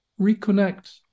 reconnect